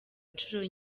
inshuro